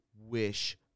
wish